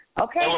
Okay